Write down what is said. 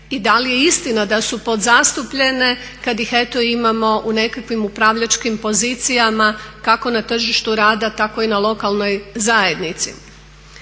i da li je istina da su podzastupljene kada ih eto imamo u nekakvim upravljačkim pozicijama kako na tržištu rada tako i na lokalnoj zajednici.